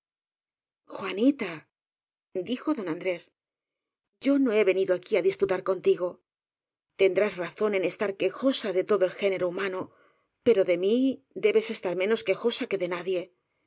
juanita dijo don andrés yo no he venido aquí á disputar contigo tendrás razón en estar quejosa de todo el género humano pero de mí de bes estar menos quejosa que de nadie